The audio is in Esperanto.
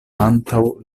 antaŭ